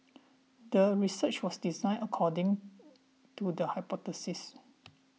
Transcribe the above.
the research was designed according to the hypothesis